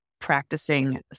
practicing